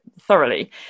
thoroughly